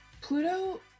Pluto